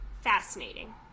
fascinating